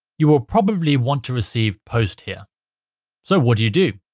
you will probably want to receive post here so what do you do?